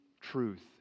truth